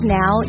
now